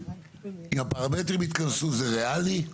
אם הפרמטרים יתכנסו, זה ריאלי?